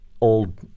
old